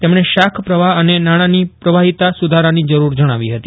તેમજ્ઞે શાખ પ્રવાહ અને નાજ્ઞાંની પ્રવાહીતા સુધારાની જરૂર જજ્જાવી હતી